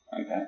Okay